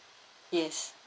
yes